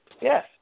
Yes